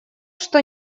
что